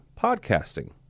podcasting